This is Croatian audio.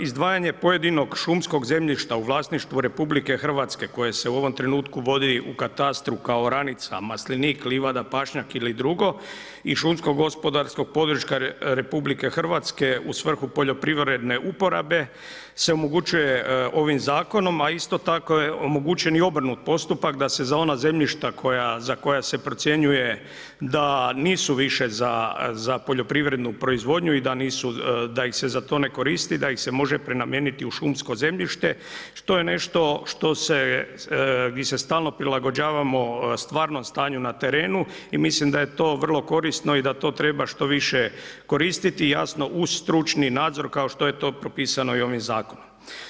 Izdvajanje pojedinog šumskog zemljišta u vlasništvu RH koje se u ovom trenutku vodi u katastru kao oranica, maslenik, livada, pašnjak ili drugo i šumsko gospodarskog područja RH u svrhu poljoprivredne uporabe se omogućuje ovim zakonom, a isto tako je omogućen i obrnut postupak, da se za ona zemljišta za koja se procjenjuje da nisu više za poljoprivrednu proizvodnju, da ih se za to ne koristi, da ih se može prenamijeniti u šumsko zemljište, to je nešto gdi se stalno prilagođavamo stvarnom stanju na terenu i mislim da je to vrlo korisno i da to treba što više koristiti i jasno uz stručni nadzor, kao što je to propisano i ovim zakonom.